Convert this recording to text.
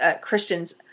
Christians